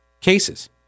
cases